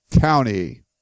County